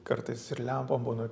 kartais ir lempom būna